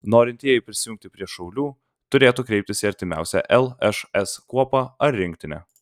norintieji prisijungti prie šaulių turėtų kreiptis į artimiausią lšs kuopą ar rinktinę